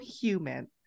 human